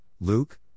Luke